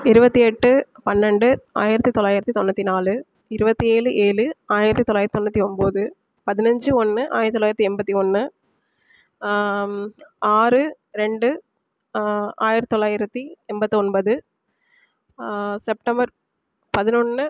இருபத்தி எட்டு பன்னெண்டு ஆயிரத்து தொள்ளாயிரத்து தொண்ணூற்றி நாலு இருபத்தி ஏழு ஏழு ஆயிரத்து தொள்ளாயிரத்து தொண்ணூற்றி ஒம்பது பதினஞ்சு ஒன்று ஆயிரத்து தொள்ளாயிரத்து எண்பத்தி ஒன்று ஆறு ரெண்டு ஆயிரத்து தொள்ளாயிரத்து எண்பத்தி ஒன்பது செப்டம்பர் பதினொன்று